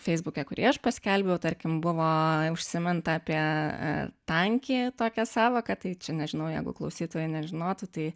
feisbuke kurį aš paskelbiau tarkim buvo užsiminta apie tankie tokią sąvoką tai čia nežinau jeigu klausytojai nežinotų tai